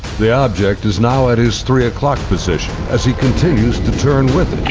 the object is now at his three o'clock position as he continues to turn with it.